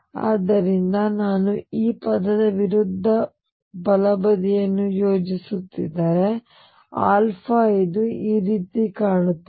ಆದ್ದರಿಂದ ನಾನು ಈ ಪದದ ವಿರುದ್ಧ ಬಲಬದಿಯನ್ನು ಯೋಜಿಸುತ್ತಿದ್ದರೆ α ಇದು ಈ ರೀತಿ ಕಾಣುತ್ತದೆ